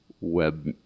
web